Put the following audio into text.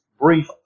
brief